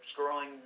scrolling